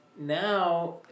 Now